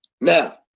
Now